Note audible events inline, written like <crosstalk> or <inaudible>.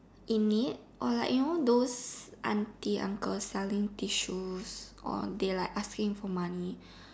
in need or like you know those auntie uncle selling tissues or they like asking for money <breath>